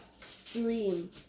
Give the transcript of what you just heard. Stream